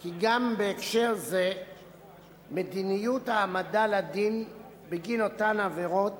כי גם בהקשר זה מדיניות ההעמדה לדין בגין אותן העבירות